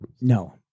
No